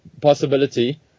possibility